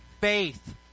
faith